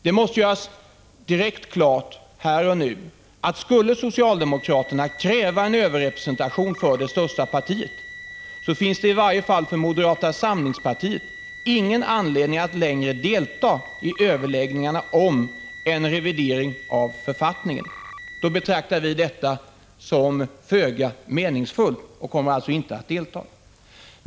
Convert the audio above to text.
Det måste göras fullständigt klart här och nu, att om socialdemokraterna skulle kräva en överrepresentation för det största partiet, så finns det i varje fall för moderata samlingspartiet ingen anledning att längre delta i överläggningarna om en revidering av författningen. Då betraktar vi detta som föga meningsfullt och kommer alltså inte att delta.